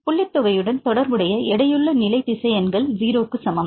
புள்ளித் தொகையுடன் தொடர்புடைய எடையுள்ள நிலை திசையன்கள் 0 க்கு சமம்